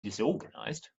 disorganized